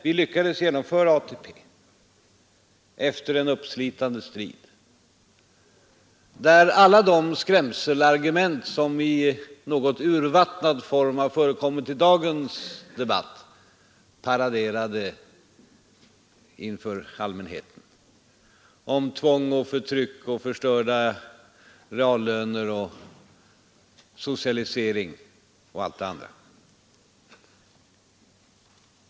Vi lyckades genomföra ATP efter en uppslitande strid där alla de skrämselargument, som i något urvattnad form har förekommit i dagens debatt, paraderade inför allmänheten — om tvång och förtryck, förstörda reallöner, socialisering och allt det andra.